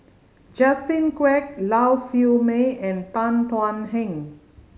Justin Quek Lau Siew Mei and Tan Thuan Heng